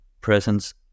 presence